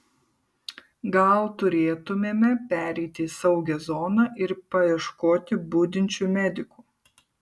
gal turėtumėme pereiti į saugią zoną ir paieškoti budinčių medikų